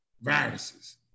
viruses